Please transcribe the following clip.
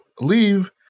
leave